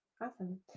Awesome